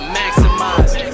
maximize